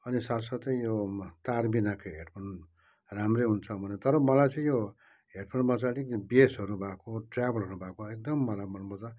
अनि साथ साथै यो कार बिनाको हेडफोन राम्रै हुन्छ भनेर तर मलाई चाहिँ यो हेडफोनमा चाहिँ अलिक बेसहरू भएको ट्रेबलहरू भएको एकदम मलाई मनपर्छ